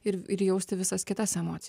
ir jausti visas kitas emocijas